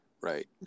right